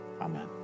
Amen